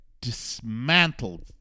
dismantled